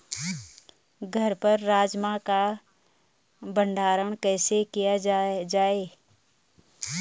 घर पर राजमा का भण्डारण कैसे किया जाय?